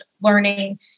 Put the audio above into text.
learning